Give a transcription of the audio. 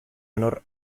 honor